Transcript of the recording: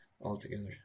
altogether